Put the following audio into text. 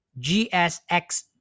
GSX